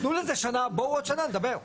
תנו לזה שנה בואו עוד שנה נדבר.